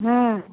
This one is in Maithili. हूँ